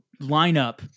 lineup